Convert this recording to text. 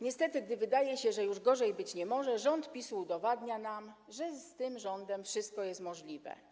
Niestety gdy wydaje się, że już gorzej być nie może, rząd PiS-u udowadnia nam, że z tym rządem wszystko jest możliwe.